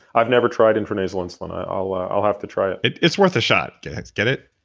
i've never tried intranasal insulin. i'll i'll have to try it it it's worth a shot. get get it?